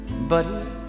buddy